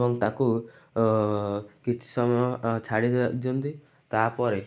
ଏବଂ ତାକୁ କିଛି ସମୟ ଛାଡ଼ି ଦିଅନ୍ତି ତା'ପରେ